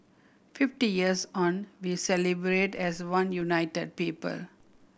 fifty years on we celebrate as one united people